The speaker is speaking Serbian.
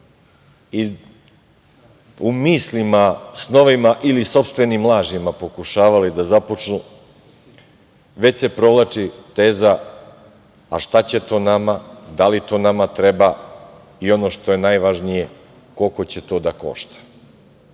i u mislima, snovima ili sopstvenim lažima pokušavali da započnu, već se provlači teza - a šta će to nama, da li to nama treba i, ono što je najvažnije, koliko će to da košta